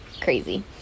crazy